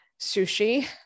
sushi